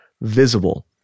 visible